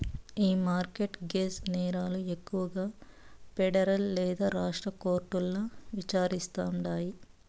ఈ mortgage నేరాలు ఎక్కువగా పెడరల్ లేదా రాష్ట్ర కోర్టుల్ల విచారిస్తాండారు